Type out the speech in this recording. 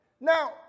Now